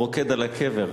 הוא רוקד על הקבר.